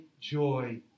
joy